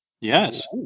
Yes